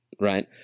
right